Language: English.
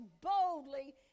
boldly